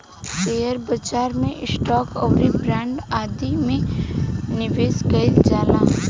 share बाजार में stock आउरी बांड आदि में निबेश कईल जाला